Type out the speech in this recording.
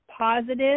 positive